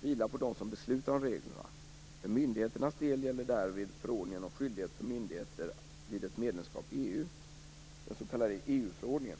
vilar på dem som beslutar om reglerna. För myndigheternas del gäller därvid förordningen om skyldighet för myndigheter vid ett medlemskap i EU, den s.k. EU-förordningen.